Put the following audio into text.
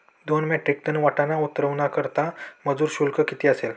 दोन metric tonne वाटाणा उतरवण्याकरता मजूर शुल्क किती असेल?